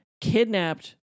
kidnapped